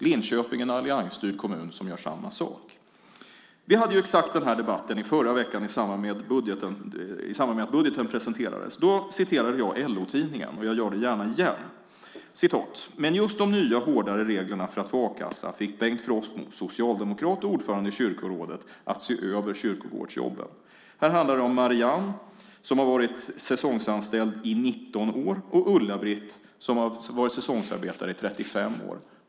Linköping, en alliansstyrd kommun, gör samma sak. Förra veckan hade vi exakt samma debatt i samband med att budgeten presenterades. Då citerade jag LO-Tidningen. Det gör jag gärna igen: "Men just de nya hårdare reglerna för a-kassa fick Bengt Frostmo, socialdemokrat och ordförande i kyrkorådet, att se över kyrkogårdsjobben." Det handlar om Marianne som varit säsongsanställd i 19 år och om Ulla-Britt som varit säsongsarbetare i 35 år.